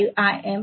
5Im असेल